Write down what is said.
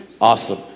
Awesome